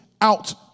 out